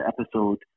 episode